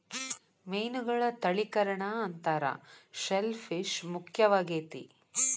ಮೇನುಗಳ ತಳಿಕರಣಾ ಅಂತಾರ ಶೆಲ್ ಪಿಶ್ ಮುಖ್ಯವಾಗೆತಿ